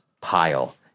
pile